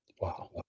Wow